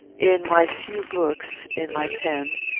in my few books, in my pen,